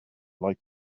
like